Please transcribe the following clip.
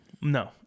No